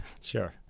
sure